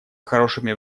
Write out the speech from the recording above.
хорошими